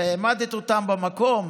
והעמדת אותם במקום: